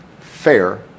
fair